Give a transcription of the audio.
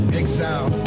exile